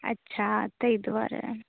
अच्छा ताहि दुआरे